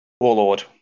Warlord